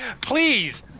please